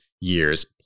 year's